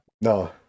no